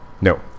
No